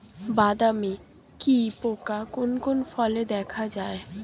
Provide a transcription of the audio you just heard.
বাদামি কি পোকা কোন কোন ফলে দেখা যায়?